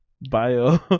bio